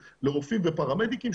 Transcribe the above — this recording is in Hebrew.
לרופאים ולפרמדיקים,